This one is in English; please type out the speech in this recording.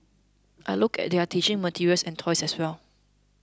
I looked at their teaching materials and toys as well